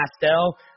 Pastel